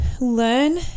Learn